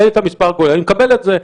אין את המס' הכולל, אני מקבל את זה.